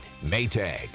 Maytag